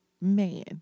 man